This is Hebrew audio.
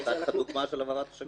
נתתי לך את הדוגמה של העברת השגרירות.